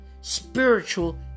spiritual